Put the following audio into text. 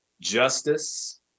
justice